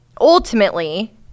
ultimately